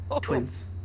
twins